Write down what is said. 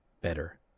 better